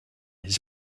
his